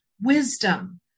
wisdom